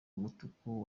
umutuku